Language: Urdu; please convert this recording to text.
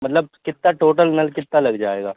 مطلب کتا ٹوٹل نل کتا لگ جائے گا